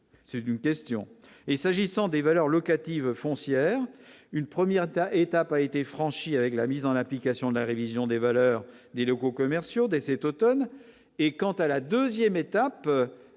c'est une question et s'agissant des valeurs locatives foncières, une première étape a été franchie avec la mise en application de la révision des valeurs des locaux commerciaux dès cet Automne et quant à la 2ème étape,